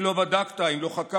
אם לא בדקת, אם לא חקרת.